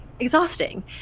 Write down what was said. Exhausting